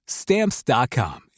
stamps.com